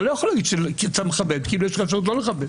אתה לא יכול להגיד שאתה מכבד כאילו יש לך אפשרות לא לכבד.